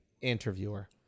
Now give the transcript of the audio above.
interviewer